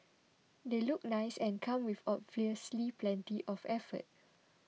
they look nice and come with obviously plenty of effort